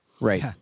Right